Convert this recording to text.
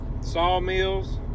sawmills